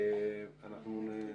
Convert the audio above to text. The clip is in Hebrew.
חלק נכבד,